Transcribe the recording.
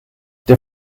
der